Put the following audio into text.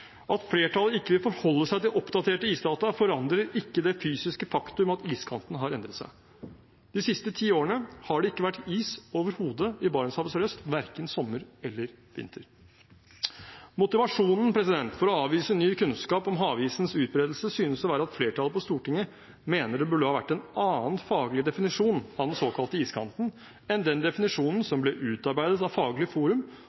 At flertallet ikke vil forholde seg til oppdaterte isdata, forandrer ikke det fysiske faktum at iskanten har endret seg. De siste ti årene har det ikke vært is overhodet i Barentshavet sørøst, verken sommer eller vinter. Motivasjonen for å avvise ny kunnskap om havisens utbredelse synes å være at flertallet på Stortinget mener det burde ha vært en annen faglig definisjon av den såkalte iskanten enn den definisjonen som ble utarbeidet av Faglig forum